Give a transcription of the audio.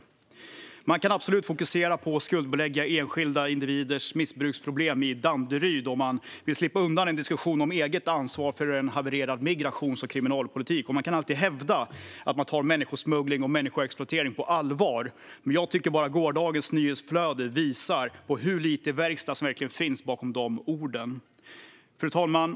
Vill man slippa undan en diskussion om det egna ansvaret för en havererad migrations och kriminalpolitik kan man absolut fokusera på att skuldbelägga enskilda individers missbruksproblem i Danderyd, och man kan alltid hävda att man tar människosmuggling och människoexploatering på allvar. Jag tycker dock att gårdagens nyhetsflöde visar hur mycket verkstad som verkligen finns bakom de orden. Fru talman!